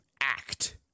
act